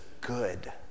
good